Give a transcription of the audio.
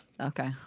okay